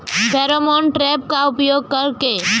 Pheromone trap का उपयोग कर के?